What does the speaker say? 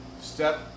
step